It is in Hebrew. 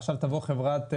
עכשיו תבוא חברה,